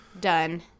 done